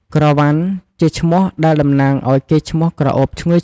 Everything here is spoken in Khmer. ក្រវ៉ាន់ ជាឈ្មោះដែលតំណាងឱ្យកេរ្តិ៍ឈ្មោះក្រអូបឈ្ងុយ។